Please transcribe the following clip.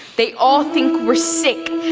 they all think we're sick,